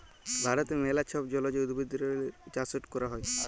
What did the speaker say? ভারতে ম্যালা ছব জলজ উদ্ভিদেরলে চাষট ক্যরা হ্যয়